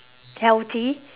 healthy